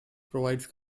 provides